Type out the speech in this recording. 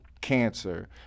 cancer